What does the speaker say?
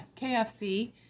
KFC